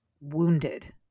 wounded